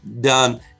done